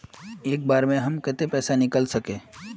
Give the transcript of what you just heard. एक बार में हम केते पैसा निकल सके?